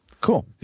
cool